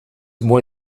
more